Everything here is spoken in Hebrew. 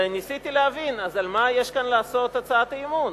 וניסיתי להבין: על מה יש כאן לעשות הצעת אי-אמון?